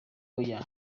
oya